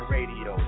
Radio